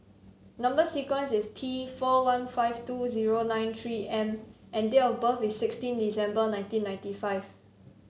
number sequence is T four one five two zero nine three M and date of birth is sixteen December nineteen ninety five